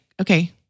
okay